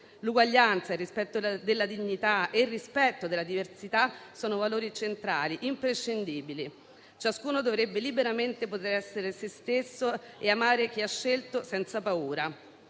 L'uguaglianza, il rispetto della dignità e il rispetto della diversità sono valori centrali, imprescindibili. Ciascuno dovrebbe liberamente poter essere sé stesso e amare chi ha scelto senza paura.